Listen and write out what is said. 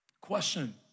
Question